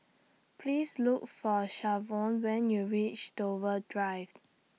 Please Look For Shavonne when YOU REACH Dover Drive